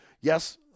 Yes